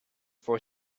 for